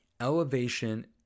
elevation